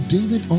David